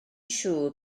siŵr